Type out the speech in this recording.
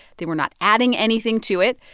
they were not adding anything to it.